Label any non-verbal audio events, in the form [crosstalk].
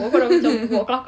[laughs]